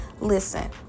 listen